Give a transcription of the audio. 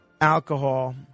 alcohol